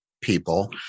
people